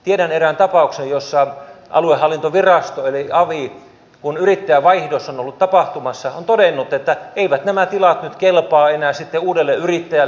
tiedän erään tapauksen jossa aluehallintovirasto eli avi kun yrittäjänvaihdos on ollut tapahtumassa on todennut että eivät nämä tilat nyt kelpaa enää sitten uudelle yrittäjälle